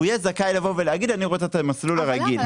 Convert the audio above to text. הוא יהיה זכאי לבוא ולהגיד שהוא רוצה את המסלול הרגיל.